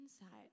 inside